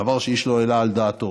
דבר שאיש לא העלה על דעתו,